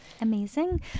Amazing